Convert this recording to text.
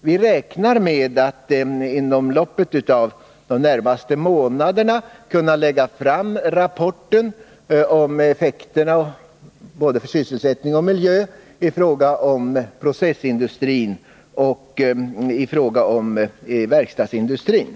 Vi räknar med att inom loppet av de närmaste månaderna kunna lägga fram rapporten om effekterna för sysselsättning och miljö i fråga om processindustrin och verkstadsindustrin.